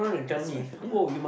that's why ya